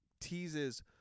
teases